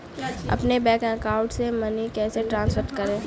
अपने bank account से money कैसे ट्रांसफर करें?